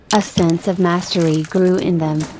a sense of mastery grew in them.